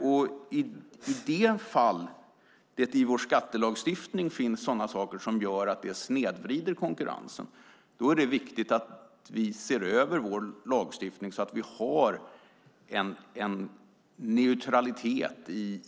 Om det i vår skattelagstiftning finns sådant som gör att konkurrensen snedvrids är det viktigt att vi ser över skattelagstiftningen så att den är neutral.